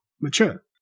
mature